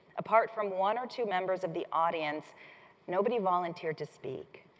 apart from one or two members of the audience nobody volunteered to speak.